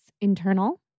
internal